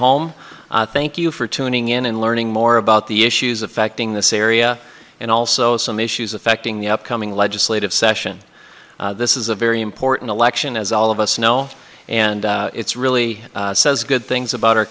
home thank you for tuning in and learning more about the issues affecting this area and also some issues affecting the upcoming legislative session this is a very important election as all of us know and it's really says good things about our